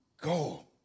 go